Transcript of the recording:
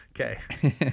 Okay